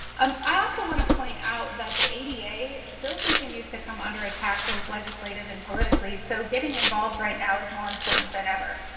um i also want to point out that the ada still continues to come under attack both legislative and politically so getting involved right now is more important than ever.